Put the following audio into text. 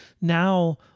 Now